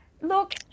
Look